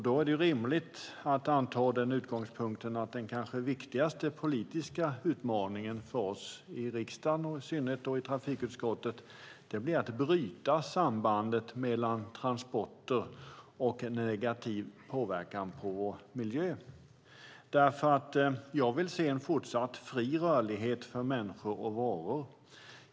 Då är det rimligt att anta utgångspunkten att den kanske viktigaste politiska utmaningen för oss i riksdagen och i synnerhet i trafikutskottet blir att bryta sambandet mellan transporter och negativ påverkan på vår miljö. Jag vill se en fortsatt fri rörlighet för människor och varor.